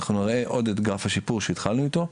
אנחנו נראה את גרף השיפור שהתחלנו איתו.